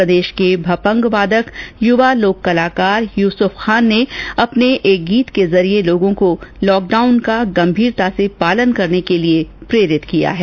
प्रदेश के भपंग वादक युवा लोक कलाकार युसुफ खान ने अपने एक गीत के माध्यम से लोगों को लॉक डाउन का गंभीरता से पालन करने के लिये प्रेरित किया है